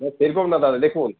না সেরকম না দাদা দেখুন